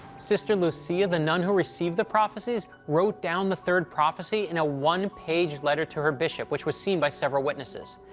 sister lucia, the nun who received the prophecies, wrote down the third prophecy in a one-page letter to her bishop, which was seen by several witnesses.